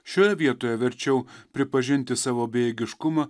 šioje vietoje verčiau pripažinti savo bejėgiškumą